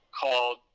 called